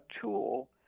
tool